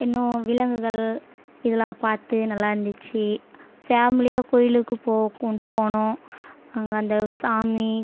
இன்னும் விலங்குகள் எல்லாம் பார்த்து நல்லாயிருந்துச்சு ஃபேம்லியாக கோவிலுக்கு போகும் போனோம் அங்கே அந்த சாமி